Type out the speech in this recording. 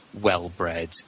well-bred